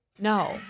No